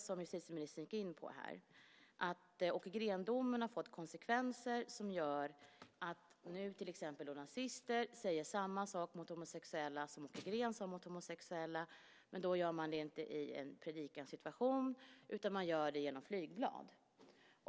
Som justitieministern gick in på här har Åke Green-domen fått konsekvenser som gör att till exempel nazister nu säger samma sak om homosexuella som Åke Green sade om homosexuella, men då gör man det inte i en predikosituation utan genom flygblad.